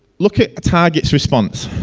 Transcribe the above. look at targets response.